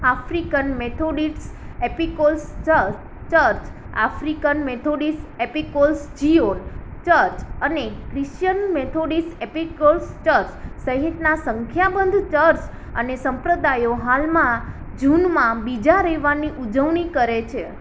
African Methodist એપીકોલ્સ ચર church African Methodist એપીકોલ્સ ઝિઓન ચર્ચ અને ક્રિશ્ચિયન મેથોડિસ્ટ એપીકોલ્સ ચર્ચ સહિતનાં સંખ્યાબંધ ચર્ચ અને સંપ્રદાયો હાલમાં જૂનમાં બીજા રવિવારની ઉજવણી કરે છે